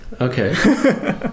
Okay